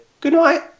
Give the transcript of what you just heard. goodnight